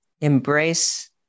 embrace